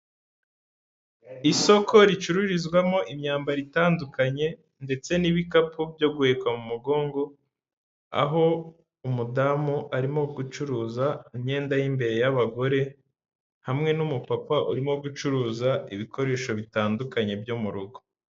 Isoko ricururizwamo imyambaro itandukanye ndetse n'ibikapu byo guhekwa mu mugongo, aho umudamu arimo gucuruza imyenda y'imbere y'abagore, hamwe n'umupapa urimo gucuruza ibikoresho bitandukanye byo mu rugo.